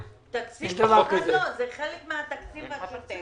תקציב מיוחד, לא, זה חלק מהתקציב השוטף.